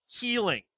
healing